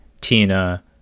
Tina